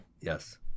Yes